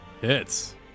Hits